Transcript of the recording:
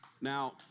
Now